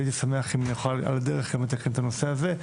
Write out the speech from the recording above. הייתי שמח אם נוכל על הדרך לתקן גם את הנושא הזה.